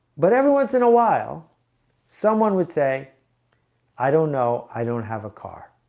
but every once in while someone would say i don't know. i don't have a car